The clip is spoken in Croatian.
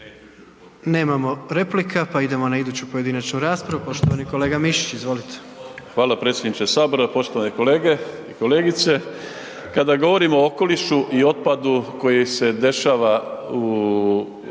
Nemamo replika, pa idemo na iduću pojedinačnu raspravu, poštovani kolega Mišić, izvolite. **Mišić, Ivica (Nezavisni)** Hvala predsjedniče sabora, poštovane kolege i kolegice. Kada govorimo o okolišu i otpadu koji se dešava u